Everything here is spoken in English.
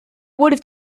would